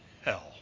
hell